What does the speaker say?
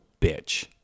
bitch